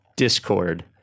Discord